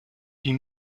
die